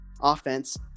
offense